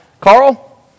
Carl